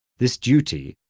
this duty,